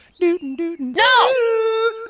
No